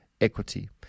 equity